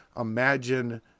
imagine